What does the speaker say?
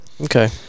okay